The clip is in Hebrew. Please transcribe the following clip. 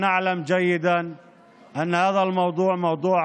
אני פונה לאנשינו ולחברה הערבית ואומר: